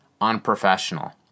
unprofessional